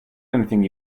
anything